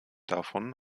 davon